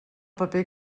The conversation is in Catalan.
paper